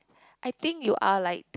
I think you are like